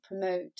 promote